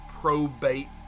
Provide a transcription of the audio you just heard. probate